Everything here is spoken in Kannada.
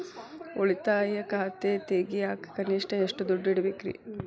ಉಳಿತಾಯ ಖಾತೆ ತೆಗಿಯಾಕ ಕನಿಷ್ಟ ಎಷ್ಟು ದುಡ್ಡು ಇಡಬೇಕ್ರಿ?